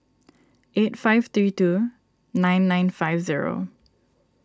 eight five three two nine nine five zero